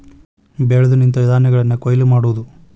ಬೆಳೆದು ನಿಂತ ಧಾನ್ಯಗಳನ್ನ ಕೊಯ್ಲ ಮಾಡುದು